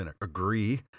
agree